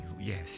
Yes